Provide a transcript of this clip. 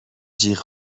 جیغ